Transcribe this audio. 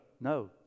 No